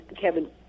Kevin